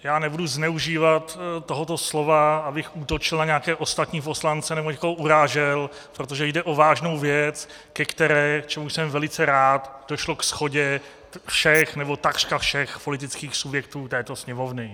Já nebudu zneužívat tohoto slova, abych útočil na nějaké ostatní poslance nebo někoho urážel, protože jde o vážnou věc, ke které čemuž jsem velice rád došlo ke shodě všech, nebo takřka všech politických subjektů této Sněmovny.